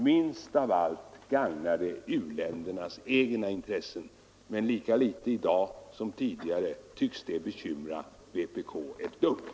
Minst av allt gagnar de u-ländernas egna intressen. Men det tycks inte bekymra vpk ett dugg, i dag lika litet som tidigare.